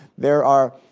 there are,